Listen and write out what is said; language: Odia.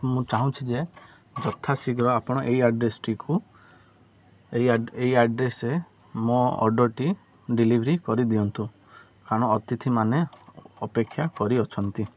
ମୁଁ ଚାହୁଁଛିି ଯେ ଯଥାଶୀଘ୍ର ଆପଣ ଏଇ ଆଡ଼୍ରେସ୍ଟିକୁ ଏଇ ଆଡ଼୍ରେସ୍ରେ ମୋ ଅର୍ଡ଼ର୍ଟି ଡେଲିଭରି କରିଦିଅନ୍ତୁ କାରଣ ଅତିଥି ମାନେ ଅପେକ୍ଷା କରି ଅଛନ୍ତି